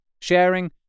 sharing